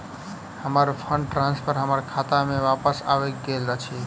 हमर fund transfer हमर खाता मे बापस आबि गइल अछि